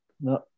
No